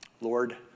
Lord